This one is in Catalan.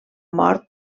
mort